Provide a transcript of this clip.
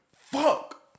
fuck